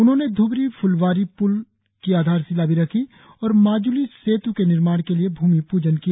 उन्होंने ध्बरी फ्लबारी प्ल की आधारशिला भी रखी और माज्ली सेत् के निर्माण के लिए भूमिप्जन किया